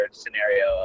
scenario